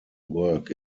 work